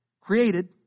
created